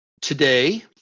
today